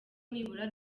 nibura